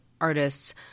artists